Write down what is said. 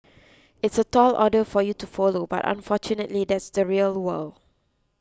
it's a tall order for you to follow but unfortunately that's the real world